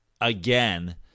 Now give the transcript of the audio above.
again